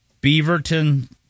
Beaverton